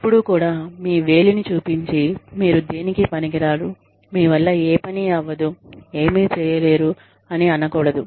ఎప్పుడూ కూడా మీ వేలిని చూపించి మీరు దేనికి పనికిరారు మీ వల్ల ఏ పని అవ్వదు ఏమిచేయలేరు అని అనకూడదు